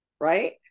right